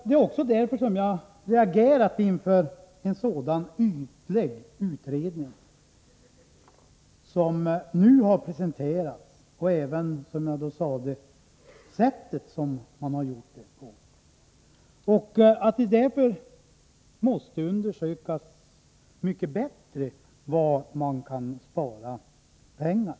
Det är också därför jag reagerat mot att den utredning som har presenterats är så ytlig och även mot sättet man har gjort det på. Det måste mycket bättre undersökas var man kan spara pengar.